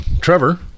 Trevor